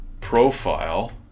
profile